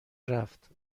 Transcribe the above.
رفت